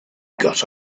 got